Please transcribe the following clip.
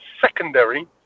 secondary